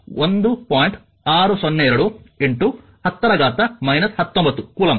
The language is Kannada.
602 10 ಘಾತ 19 ಕೂಲಂಬ್